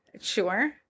Sure